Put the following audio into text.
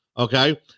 Okay